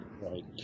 Right